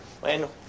Bueno